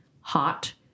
Hot